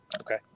okay